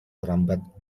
terlambat